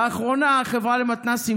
לאחרונה החברה למתנ"סים,